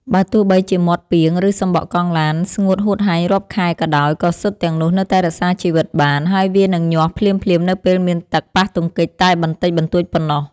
បើទោះបីជាមាត់ពាង ឬសំបកកង់ឡានស្ងួតហួតហែងរាប់ខែក៏ដោយ ក៏ស៊ុតទាំងនោះនៅតែរក្សាជីវិតបាន ហើយវានឹងញាស់ភ្លាមៗនៅពេលមានទឹកប៉ះទង្គិចតែបន្តិចបន្តួចប៉ុណ្ណោះ។